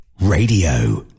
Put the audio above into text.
Radio